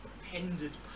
appended